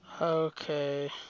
Okay